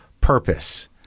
purpose